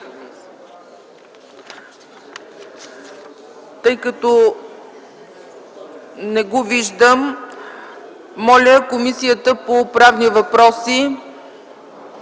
Тъй като не го виждам, моля Комисията по правни въпроси